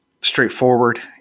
straightforward